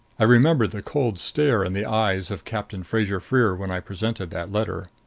i remembered the cold stare in the eyes of captain fraser-freer when i presented that letter.